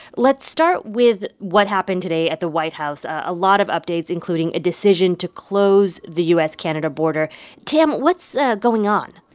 let's start with what happened today at the white house. a lot of updates, including a decision to close the u s canada border tam, what's ah going on?